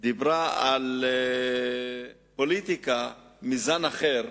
דיברה על פוליטיקה מזן אחר,